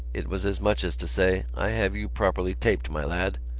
it was as much as to say i have you properly taped, my lad.